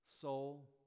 soul